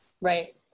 Right